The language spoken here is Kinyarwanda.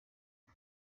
byo